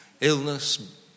illness